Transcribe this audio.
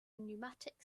pneumatic